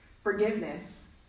Forgiveness